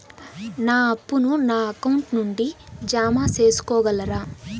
నా అప్పును నా అకౌంట్ నుండి జామ సేసుకోగలరా?